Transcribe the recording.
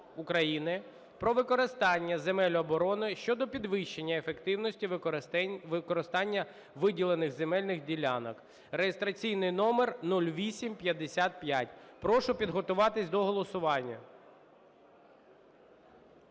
"Про використання земель оборони" щодо підвищення ефективності використання виділених земельних ділянок (реєстраційний номер 0855). Прошу підготуватися до голосування.